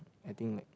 I think like